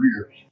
career